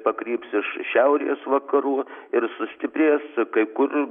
pakryps iš šiaurės vakarų ir sustiprės kai kur